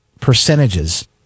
percentages